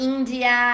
India